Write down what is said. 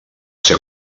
ser